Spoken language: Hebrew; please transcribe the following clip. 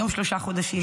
היום שלושה חודשים.